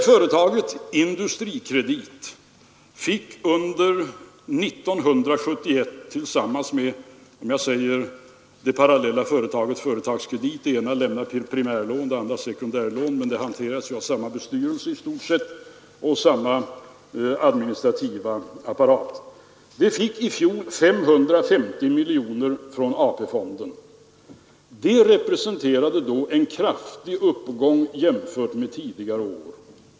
Företaget Industrikredit fick under år 1971 tillsammans med det parallella företaget Företagskredit — det ena lämnar primärlån och det andra sekundärlån, men de hanteras av i stort sett samma bestyrelse och har samma administrativa apparat — 550 miljoner kronor från AP-fonden i fjol. Det representerade då en kraftig uppgång jämfört med tidigare år.